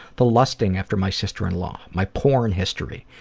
the lusting after my sister-in-law, my porn history,